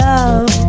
Love